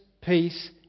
peace